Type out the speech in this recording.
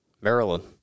Maryland